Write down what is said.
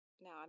Now